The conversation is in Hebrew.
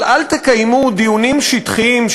אבל אל תקיימו דיונים שטחיים,